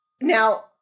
Now